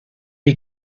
est